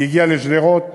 היא הגיעה לשדרות,